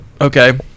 Okay